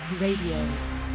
Radio